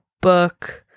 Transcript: book